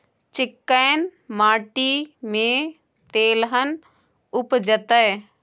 चिक्कैन माटी में तेलहन उपजतै?